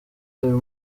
uyu